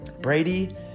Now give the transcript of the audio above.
Brady